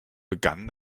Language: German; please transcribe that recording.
begann